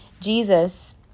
Jesus